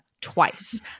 twice